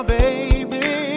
baby